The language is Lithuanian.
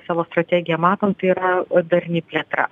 savo strategiją matom tai yra darni plėtra